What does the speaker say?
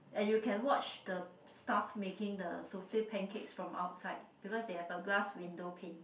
and you can watch the staff making the souffle pancakes from outside because they have a glass window pane